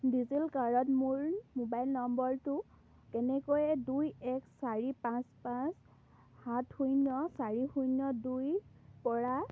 ডিজিলকাৰত মোৰ মোবাইল নম্বৰটো কেনেকৈ দুই এক চাৰি পাঁচ পাঁচ সাত শূন্য চাৰি শূন্য দুইৰপৰা